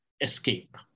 escape